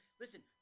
Listen